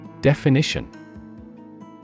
Definition